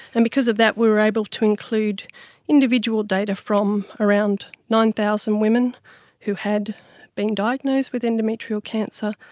and because of that we were able to include individual data from around nine thousand women who had been diagnosed with endometrial cancer,